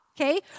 Okay